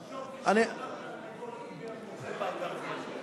תרשום: גם תרנגול עיוור מוצא פעם גרגר.